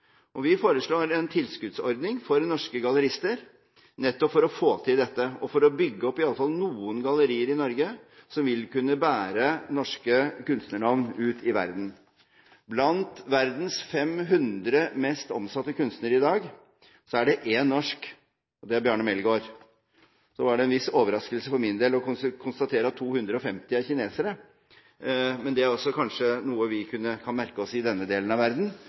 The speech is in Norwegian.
Vi foreslår en tilskuddsordning for norske gallerister nettopp for å få til dette, og for å bygge opp i alle fall noen gallerier i Norge som vil kunne bære norske kunstnernavn ut i verden. Blant verdens 500 mest omsatte kunstnere i dag, er det én norsk, og det er Bjarne Melgaard. Så var det en viss overraskelse for min del å konstatere at 250 er kinesere, men det er kanskje noe vi kan merke oss i denne delen av verden,